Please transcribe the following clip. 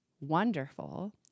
wonderful